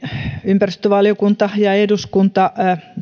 ympäristövaliokunta ja eduskunta